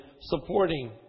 supporting